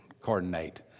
coordinate